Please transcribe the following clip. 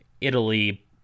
Italy